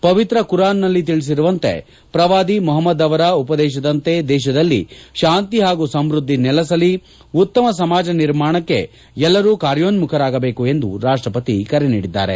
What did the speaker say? ಪವಿತ್ರ Quran ನಲ್ಲಿ ತಿಳಿಸಿರುವಂತೆ ಪ್ರವಾದಿ ಮೊಹಮ್ಮದ್ ಅವರ ಉಪದೇಶದಂತೆ ದೇಶದಲ್ಲಿ ಶಾಂತಿ ಹಾಗೂ ಸಮ್ಬದ್ದಿ ನೆಲಸಲಿ ಉತ್ತಮ ಸಮಾಜ ನಿರ್ಮಾಣಕ್ಕೆ ಎಲ್ಲರೂ ಕಾರ್ಯೋನ್ಮಖರಾಗಬೇಕು ಎಂದು ರಾಷ್ಟ್ವಪತಿ ಕರೆ ನೀಡಿದ್ದಾರೆ